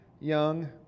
young